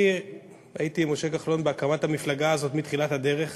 הייתי עם משה כחלון בהקמת המפלגה הזאת מתחילת הדרך,